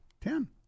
Ten